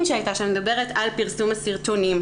שהייתה שם אלא אני מדברת על פרסום הסרטונים.